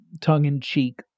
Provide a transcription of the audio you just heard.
tongue-in-cheek